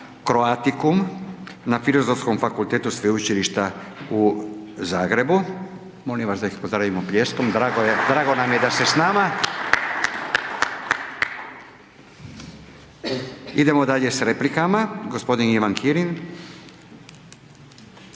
Croaticum na Filozofskom fakulteta Sveučilišta u Zagrebu, molim vas da ih pozdravimo pljeskom. …/Pljesak./… Drago nam je da ste s nama. Idemo dalje s replikama. G. Ivan Kirin.